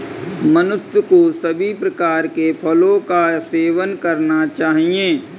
मनुष्य को सभी प्रकार के फलों का सेवन करना चाहिए